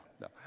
no